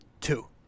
two